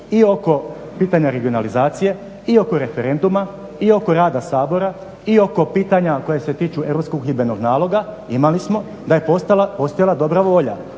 i oko pitanja regionalizacije i oko referenduma i oko rada Sabora i oko pitanja koja se tiču europskog uhidbenog naloga, imali smo da je postojala dobra volja.